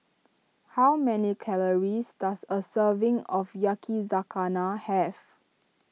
how many calories does a serving of Yakizakana have